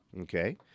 Okay